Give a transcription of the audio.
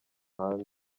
hanze